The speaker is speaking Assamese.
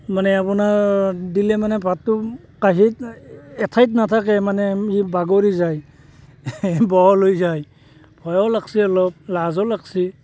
মানে আপোনাৰ দিলে মানে ভাতটো কাঁহীত এঠাইত নাথাকে মানে ই বাগৰি যায় বহল হৈ যায় ভয়ো লগিছে অলপ লাজো লাগিছে